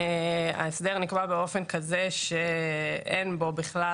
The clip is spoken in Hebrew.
ההסדר נקבע באופן כזה שאין בו בכלל